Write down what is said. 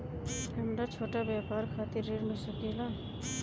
हमरा छोटा व्यापार खातिर ऋण मिल सके ला?